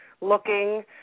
looking